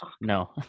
No